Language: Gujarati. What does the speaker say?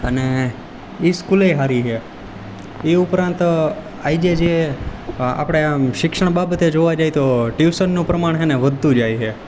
અને ઈ સ્કુલ એ સારી છે ઈ ઉપરાંત આજે જે આપણે આમ શિક્ષણ બાબતે જોવા જઈએ તો ટ્યુશનનું પ્રમાણ છેને વધતું જાય છે